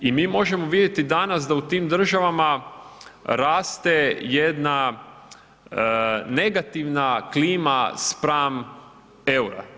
I mi možemo vidjeti danas da u tim državama raste jedna negativna klima spram EUR-a.